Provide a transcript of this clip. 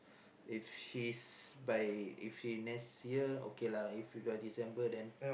if she's by if she next year okay lah if you December then